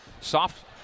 Soft